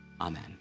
Amen